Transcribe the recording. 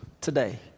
today